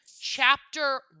Chapter